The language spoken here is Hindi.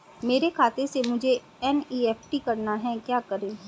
मेरे खाते से मुझे एन.ई.एफ.टी करना है क्या करें?